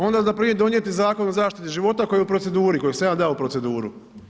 Onda što prije donijeti Zakon o zaštiti života koji je u proceduri, koji sam ja dao u proceduru.